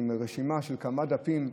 עם רשימה של כמה דפים,